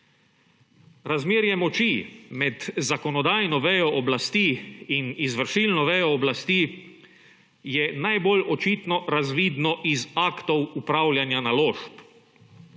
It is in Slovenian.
Razmerje moči med zakonodajno vejo oblasti in izvršilno vejo oblasti je najbolj očitno razvidno iz aktov upravljanja naložb.